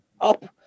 up